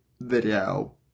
video